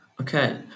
Okay